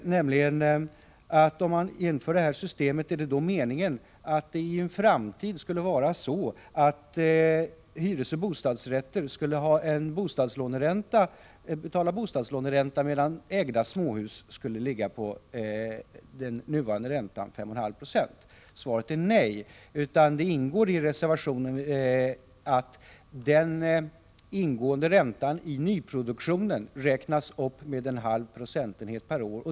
Han frågade om meningen med vårt system var att bostadslåneränta i en framtid skulle gälla för hyresoch bostadsrätter medan den nuvarande räntan, 5,5 96, skulle gälla för ägda småhus. Svaret är nej. Tanken bakom reservationen är att den ingående räntan i nyproduktionen skall räknas upp med en halv procentenhet per år.